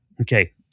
Okay